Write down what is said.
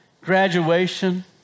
graduation